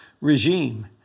regime